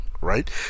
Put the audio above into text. Right